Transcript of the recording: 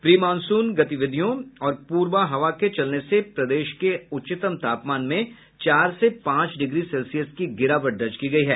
pre monsoon गतिविधियों और पूरबा हवा के चलने से प्रदेश के उच्चतम तापमान में चार से पांच डिग्री सेल्सियस की गिरावट दर्ज की गयी है